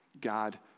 God